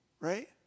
Right